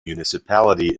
municipality